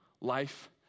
life